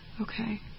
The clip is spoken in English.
Okay